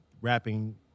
rapping